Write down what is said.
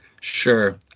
Sure